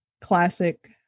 classic